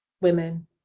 women